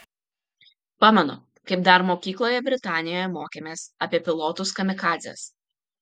pamenu kaip dar mokykloje britanijoje mokėmės apie pilotus kamikadzes